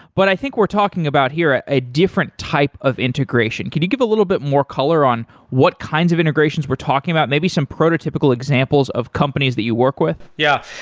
but i think we're talking about here ah a different type of integration. can you give a little bit more color on what kinds of integrations we're talking about, maybe some prototypical examples of companies that you work with? yeah.